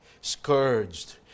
scourged